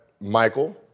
Michael